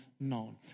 known